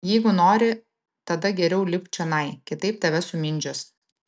jeigu nori tada geriau lipk čionai kitaip tave sumindžios